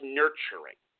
nurturing